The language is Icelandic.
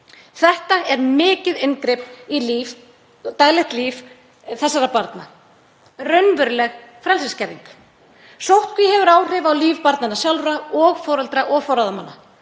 Þetta er mikið inngrip í daglegt líf þessara barna, raunveruleg frelsisskerðing. Sóttkví hefur áhrif á líf barnanna sjálfra og foreldra og forráðamanna.